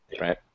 right